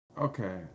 okay